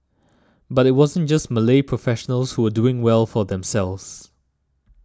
but it wasn't just Malay professionals who were doing well for themselves